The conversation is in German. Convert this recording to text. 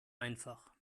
einfach